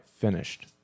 finished